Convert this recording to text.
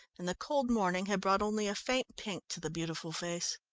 and the cold morning had brought only a faint pink to the beautiful face.